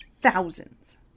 Thousands